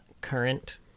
current